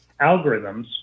algorithms